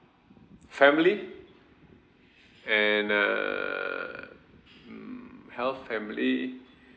family and err mm health family